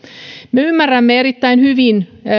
me ymmärrämme erittäin hyvin